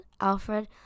Alfred